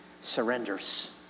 surrenders